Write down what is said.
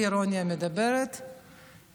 אני עכשיו מדברת בלי אירוניה,